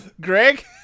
Greg